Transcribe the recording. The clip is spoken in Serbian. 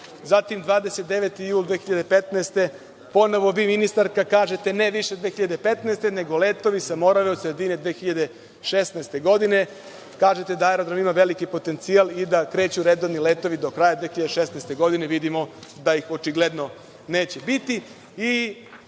Zatim, 29. jul 2015. godine, ponovo vi ministarka kažete – ne više 2015. godine, nego letovi sa „Morave“ od sredine 2016. godine. Kažete da aerodrom ima veliki potencijal i da kreću redovni letovi do kraja 2016. godine. Vidimo da ih očigledno neće biti.